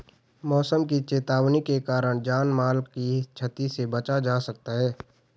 मौसम की चेतावनी के कारण जान माल की छती से बचा जा सकता है